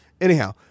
Anyhow